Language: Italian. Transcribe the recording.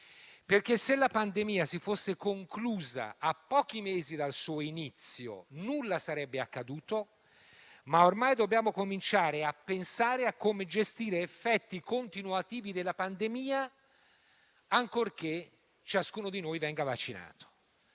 Se la pandemia si fosse conclusa a pochi mesi dal suo inizio, nulla sarebbe accaduto. Ma ormai dobbiamo cominciare a pensare a come gestire effetti continuativi della pandemia, ancorché ciascuno di noi venga vaccinato.